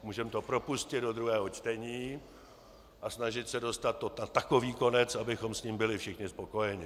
Můžeme to propustit do druhého čtení a snažit se dostat to na takový konec, abychom s tím byli všichni spokojeni.